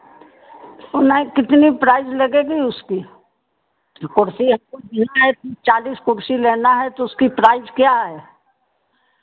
नहीं कितनी प्राइस लगेगी उसकी कुर्सी हमको लेना है तीस चालीस कुर्सी लेना है तो उसकी प्राइस क्या है